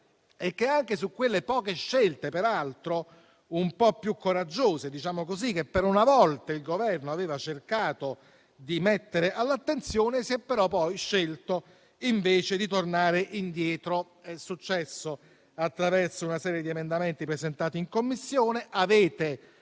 è che, anche su quelle poche scelte un po' più coraggiose che per una volta il Governo aveva cercato di mettere all'attenzione, si è però poi scelto di tornare indietro. Ciò è successo attraverso una serie di emendamenti presentati in Commissione;